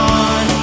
on